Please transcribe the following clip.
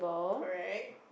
correct